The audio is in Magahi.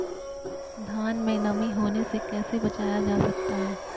धान में नमी होने से कैसे बचाया जा सकता है?